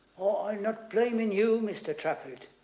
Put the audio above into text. oh i'm not blaming you mr. trafford.